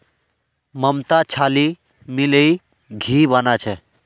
ममता छाली मिलइ घी बना छ